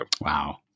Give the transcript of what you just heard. Wow